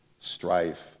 strife